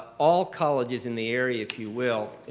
all colleges in the area, if you will,